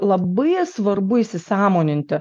labai svarbu įsisąmoninti